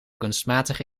kunstmatige